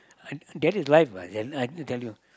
that is life lah I I tell you